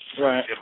Right